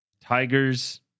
Tigers